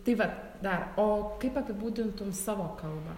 tai vat dar o kaip apibūdintum savo kalbą